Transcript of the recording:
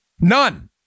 none